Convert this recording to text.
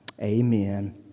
Amen